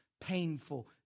painful